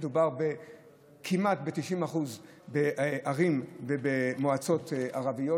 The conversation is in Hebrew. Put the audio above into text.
מדובר כמעט ב-90% בערים ובמועצות ערביות,